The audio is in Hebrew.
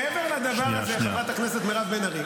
מעבר לדבר הזה, חברת הכנסת בן ארי,